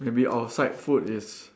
maybe outside food is